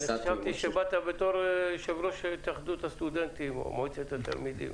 חשבתי שבאת בתור יושב-ראש התאחדות הסטודנטים או מועצת התלמידים,